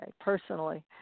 personally